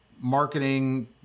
marketing